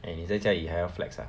eh 你在家里还要 flex ah